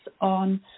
on